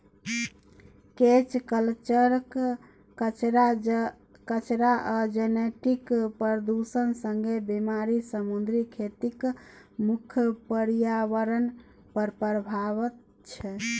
cage कल्चरक कचरा आ जेनेटिक प्रदुषण संगे बेमारी समुद्री खेतीक मुख्य प्रर्याबरण पर प्रभाब छै